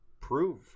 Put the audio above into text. prove